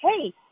hey